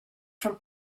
from